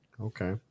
Okay